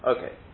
Okay